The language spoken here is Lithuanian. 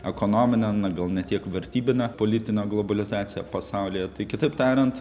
ekonominę na gal ne tiek vertybinę politinę globalizaciją pasaulyje tai kitaip tariant